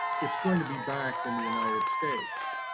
it's going to be back in the united states.